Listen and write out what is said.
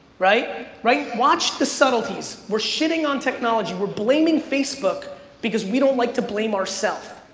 right? right, watch the subtleties. we're shitting on technology. we're blaming facebook because we don't like to blame ourself,